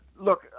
Look